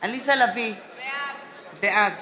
עליזה לביא, בעד